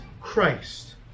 Christ